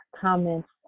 comments